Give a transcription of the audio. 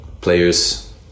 players